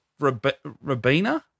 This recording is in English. Rabina